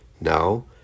Now